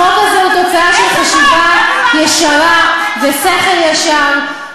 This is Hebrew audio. החוק הזה הוא תוצאה של חשיבה ישרה ושכל ישר,